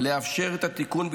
לאפשר את התיקון,